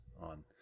on